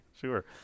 sure